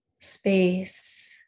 space